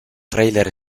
trailer